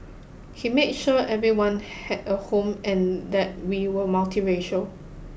he made sure everyone had a home and that we were multiracial